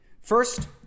First